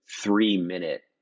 three-minute